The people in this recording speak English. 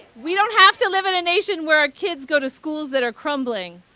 we don't have to live in a nation where our kids go to schools that are crumbling.